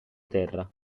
terra